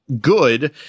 good